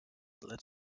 led